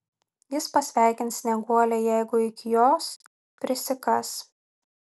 jis pasveikins snieguolę jeigu iki jos prisikas